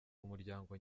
umuryango